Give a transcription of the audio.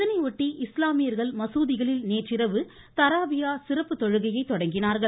இதையொட்டி இஸ்லாமியர்கள் மசூதிகளில் நேற்றிரவு தராபியா சிறப்பு தொழுகையை தொடங்கினார்கள்